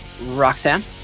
Roxanne